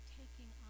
taking